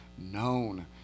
known